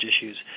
issues